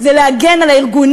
לך דקה.